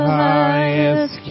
highest